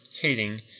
hating